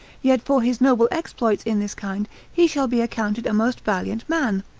yet for his noble exploits in this kind, he shall be accounted a most valiant man,